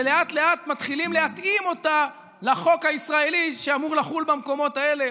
ולאט-לאט מתחילים להתאים אותה לחוק הישראלי שאמור לחול במקומות האלה,